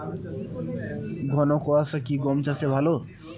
ঘন কোয়াশা কি গম চাষে ভালো?